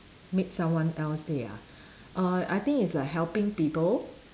made someone else day ah err I think is like helping people